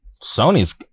Sony's